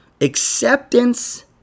Acceptance